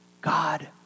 God